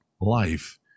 life